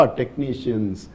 technicians